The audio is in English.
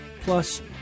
Plus